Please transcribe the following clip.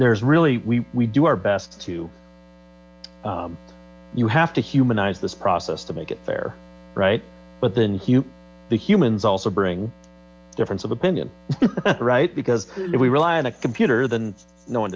there is really we do our best to you have to humanize this process to make it fair right but then hugh the humans also bring difference of opinion right because we rely on a computer then no one